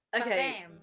Okay